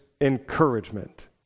encouragement